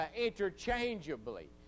interchangeably